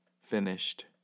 Finished